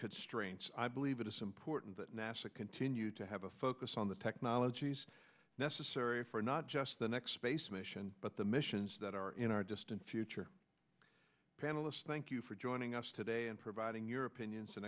constraints i believe it is important that nasa continue to have a focus on the technologies necessary for not just the next space mission but the missions that are in our distant future panelists thank you for joining us today and providing your opinions and